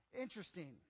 Interesting